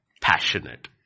passionate